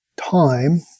time